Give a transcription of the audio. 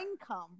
income